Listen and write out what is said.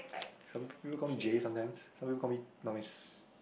some people call me Jay sometimes some people call me Norwis